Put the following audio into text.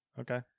Okay